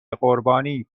قربانی